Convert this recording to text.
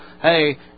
hey